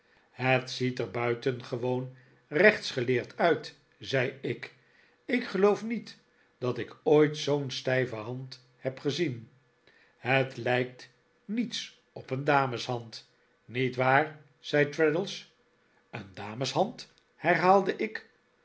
het ziet er buitengewoon rechtsgeleerd uit zei ik ik geloof niet dat ik ooit zoo'n stijve hand heb gezien het lijkt niets op een dameshand niet waar zei traddles een dameshand herhaalde ik